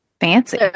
Fancy